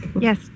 Yes